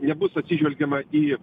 nebus atsižvelgiama į